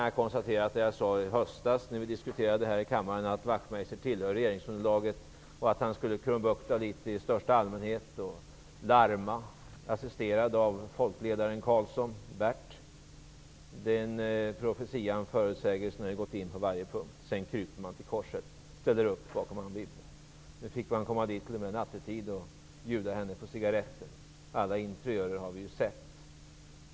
Jag konstaterade i höstas när vi diskuterade detta här i kammaren att Ian Wachtmeister tillhör regeringsunderlaget och att han skulle krumbukta och larma litet i största allmänhet, assisterad av folkledararen Bert Karlsson. Den profetian har slagit in på varje punkt. Efter krumbuktandet kryper man till korset och ställer upp bakom Anne Nu fick Ny demokrati t.o.m. komma till Anne Wibble nattetid och bjuda henne på cigaretter. Vi har sett alla interiörer.